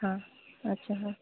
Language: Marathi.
हां अच्छा हां